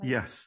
Yes